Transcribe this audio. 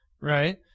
right